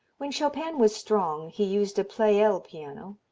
when chopin was strong he used a pleyel piano,